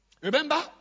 Remember